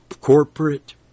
corporate